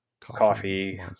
coffee